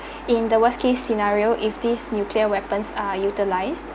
in the worst case scenario if these nuclear weapons are utilised